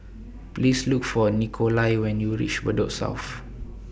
Please Look For Nikolai when YOU REACH Bedok South